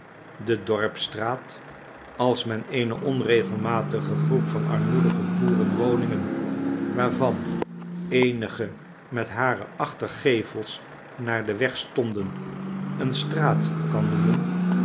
de dorpsstraat als men eene onregelmatige groep van armoedige boerenwoningen waarvan eenige met hare achtergevels naar den weg stonden eene straat kan noemen